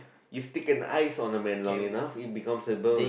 you stick an ice on a man long enough it becomes a burn